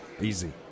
Easy